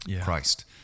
Christ